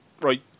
right